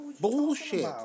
Bullshit